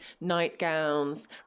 nightgowns